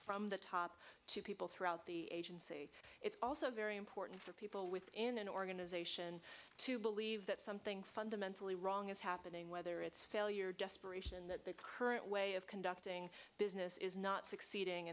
from the top to people throughout the agency it's also very important for people within an organization to believe that something fundamentally wrong is happening whether it's failure desperation that the current way of conducting business is not succeeding